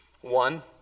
One